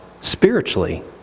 spiritually